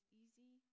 easy